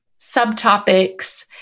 subtopics